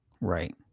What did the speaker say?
Right